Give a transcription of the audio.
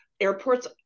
airports